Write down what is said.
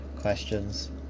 questions